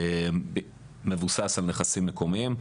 מבוסס על נכנסים מקומיים,